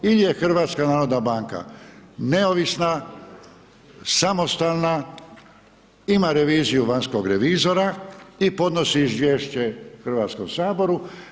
Ili je HNB neovisna, samostalna, ima reviziju vanjskog revizora i podnosi izvješće Hrvatskom saboru.